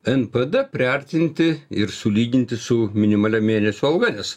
npd priartinti ir sulyginti su minimalia mėnesio alga nes